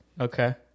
Okay